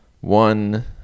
one